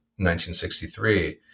1963